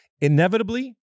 Inevitably